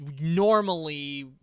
normally